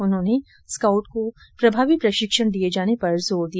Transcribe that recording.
उन्होंने स्काउट को प्रभावी प्रशिक्षण दिये जाने पर जोर दिया